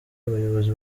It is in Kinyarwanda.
abayobozi